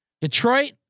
Detroit